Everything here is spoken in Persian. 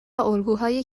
الگوهای